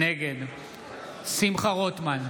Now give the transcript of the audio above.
נגד שמחה רוטמן,